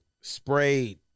sprayed